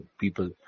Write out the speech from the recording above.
people